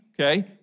okay